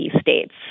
states